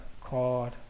called